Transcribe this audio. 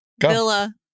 villa